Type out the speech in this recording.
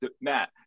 Matt